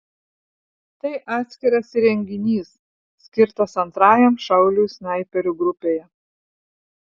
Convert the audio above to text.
tai atskiras įrenginys skirtas antrajam šauliui snaiperių grupėje